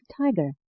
tiger